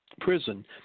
Prison